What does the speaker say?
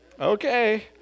Okay